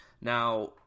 Now